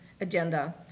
agenda